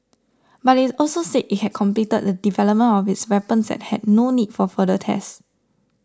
but it also said it had completed the development of its weapons and had no need for further tests